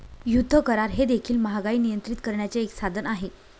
युद्ध करार हे देखील महागाई नियंत्रित करण्याचे एक साधन आहे